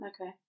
Okay